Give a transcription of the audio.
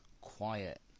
quiet